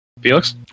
felix